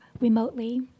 remotely